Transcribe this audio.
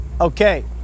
Okay